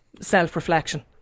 self-reflection